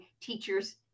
teachers